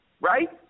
right